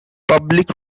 public